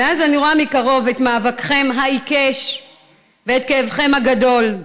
ומאז אני רואה מקרוב את מאבקכם העיקש ואת כאבכם הגדול.